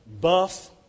buff